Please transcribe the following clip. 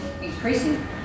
increasing